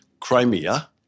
Crimea